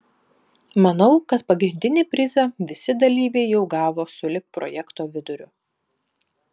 manau kad pagrindinį prizą visi dalyviai jau gavo sulig projekto viduriu